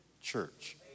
church